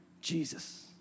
Jesus